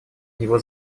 его